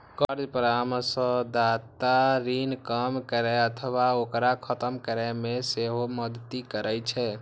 कर्ज परामर्शदाता ऋण कम करै अथवा ओकरा खत्म करै मे सेहो मदति करै छै